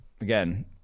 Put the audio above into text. again